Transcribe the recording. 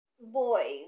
boys